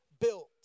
built